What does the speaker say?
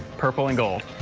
purple and gold.